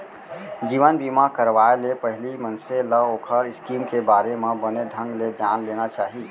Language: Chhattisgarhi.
जीवन बीमा करवाय ले पहिली मनसे ल ओखर स्कीम के बारे म बने ढंग ले जान लेना चाही